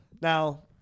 Now